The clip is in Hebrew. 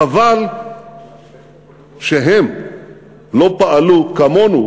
חבל שהם לא פעלו כמונו